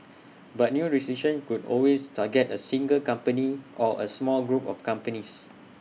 but new restrictions could always target A single company or A small group of companies